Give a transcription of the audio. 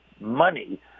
money